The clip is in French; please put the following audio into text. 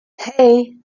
hey